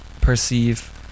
perceive